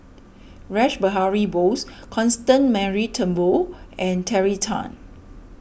Rash Behari Bose Constance Mary Turnbull and Terry Tan